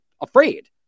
afraid